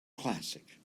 classic